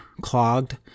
clogged